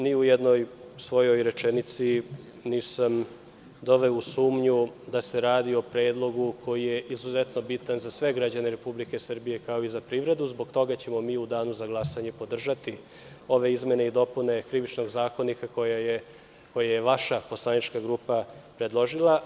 Ni u jednoj svojoj rečenici nisam doveo u sumnju da se radi o predlogu koji je izuzetno bitan za sve građane Republike Srbije, kao i za privredu i zbog toga ćemo mi u danu za glasanje podržati ove izmene i dopune KZ,koje je vaša poslanička grupa predložila.